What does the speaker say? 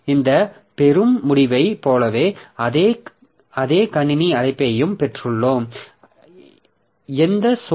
இந்த பெறும் முடிவைப் போலவே அதே கணினி அழைப்பையும் பெற்றுள்ளோம்